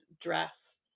dress